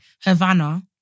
havana